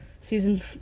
Season